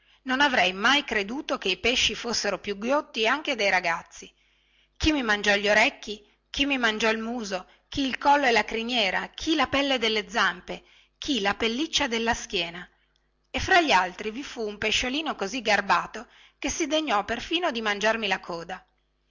non avrei mai creduto che i pesci fossero più ghiotti anche dei ragazzi chi mi mangiò gli orecchi chi mi mangiò il muso chi il collo e la criniera chi la pelle delle zampe chi la pelliccia della schiena e fra gli altri vi fu un pesciolino così garbato che si degnò perfino di mangiarmi la coda